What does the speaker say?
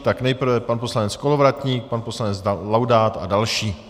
Tak nejprve pan poslanec Kolovratník, pan poslanec Laudát a další.